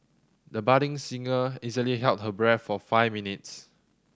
the budding singer easily held her breath for five minutes